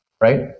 Right